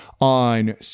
on